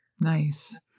Nice